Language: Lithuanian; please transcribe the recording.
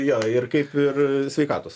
jo ir kaip ir sveikatos